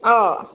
अ'